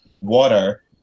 water